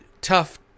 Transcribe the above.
tough